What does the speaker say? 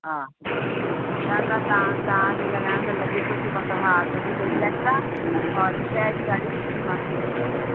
हा हा ठीकु आहे न न तव्हां तव्हां जे ॻाल्हाइण सां लॻे थो कि मां तव्हां अघु बि सही कंदा और शइ बि ॾाढी सुठी मांखे मिलंदी